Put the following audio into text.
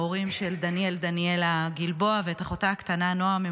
ההורים של דניאל דניאלה גלבוע ואת אחותה הקטנה נועם.